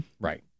right